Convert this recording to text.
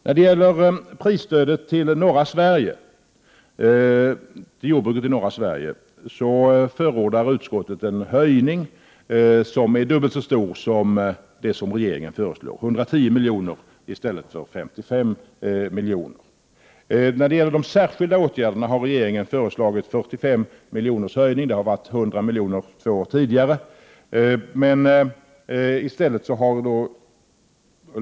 När det gäller prisstödet till jordbruket i norra Sverige förordar utskottet en höjning av prisstödet som är dubbelt så stor som det som regeringen föreslår, 110 milj.kr. i stället för 55 milj.kr. När det gäller de särskilda åtgärderna har regeringen föreslagit en höjning med 45 milj.kr. — det har varit 100 milj.kr. två år tidigare.